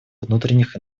внутренних